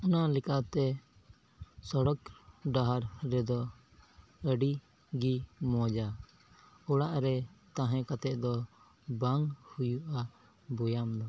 ᱚᱱᱟ ᱞᱮᱠᱟᱛᱮ ᱥᱚᱲᱚᱠ ᱰᱟᱦᱟᱨ ᱨᱮᱫᱚ ᱟᱹᱰᱤ ᱜᱮ ᱢᱚᱡᱟ ᱚᱲᱟᱜ ᱨᱮ ᱛᱟᱦᱮᱸ ᱠᱟᱛᱮᱫ ᱫᱚ ᱵᱟᱝ ᱦᱩᱭᱩᱜᱼᱟ ᱵᱮᱭᱟᱢ ᱫᱚ